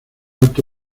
alto